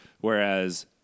Whereas